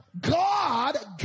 God